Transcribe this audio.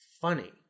funny